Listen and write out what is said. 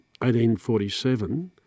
1847